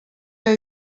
que